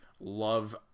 love